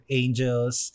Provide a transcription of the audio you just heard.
angels